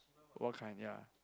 what kind ya